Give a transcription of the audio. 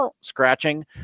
scratching